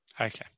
Okay